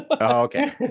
okay